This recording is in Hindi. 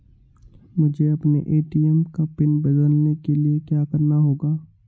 मुझे अपने ए.टी.एम का पिन बदलने के लिए क्या करना होगा?